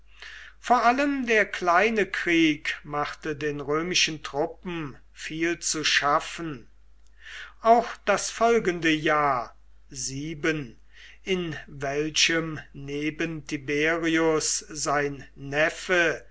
vor allem der kleine krieg machte den römischen truppen viel zu schaffen auch das folgende jahr in welchem neben tiberius sein neffe